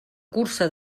cursa